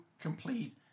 complete